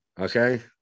Okay